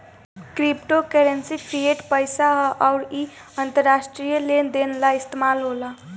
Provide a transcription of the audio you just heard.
crypto currency fiat पईसा ह अउर इ अंतरराष्ट्रीय लेन देन ला इस्तमाल होला